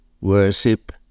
worship